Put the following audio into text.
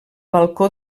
balcó